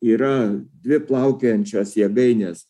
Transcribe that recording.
yra dvi plaukiojančios jėgainės